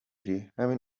ریهمین